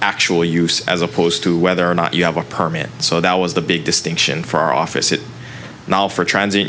actual use as opposed to whether or not you have a permit so that was the big distinction for our office it now for transit